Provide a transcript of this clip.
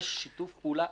יש שיתוף פעולה